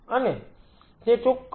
અને તે ચોક્કસ XYZ કાર્ય કરશે